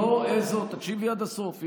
תקשיבי עד הסוף.